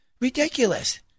Ridiculous